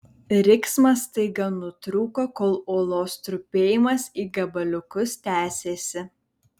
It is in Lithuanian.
riksmas staiga nutrūko kol uolos trupėjimas į gabaliukus tęsėsi